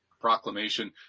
proclamation